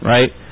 Right